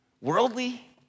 worldly